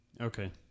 Okay